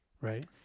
Right